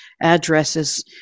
addresses